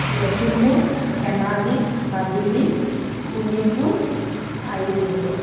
লখিমপুৰ ধেমাজি মাজুলী শোণিতপুৰ আৰু ডিব্ৰুগড়